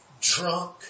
drunk